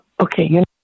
Okay